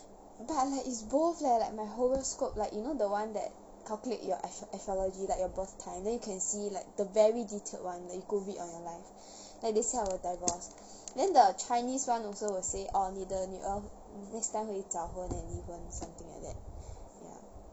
but like it's both leh my horoscope like you know the one that calculate your astro~ astrology like your birth time then you can see like the very detailed [one] that you go read on your life that they say I will divorce then the chinese [one] also will say orh 你的女儿 next time 会早婚 and 离婚 something like that ya